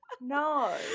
No